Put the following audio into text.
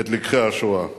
את לקחי השואה?